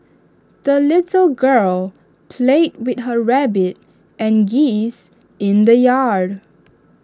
the little girl played with her rabbit and geese in the yard